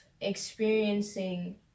experiencing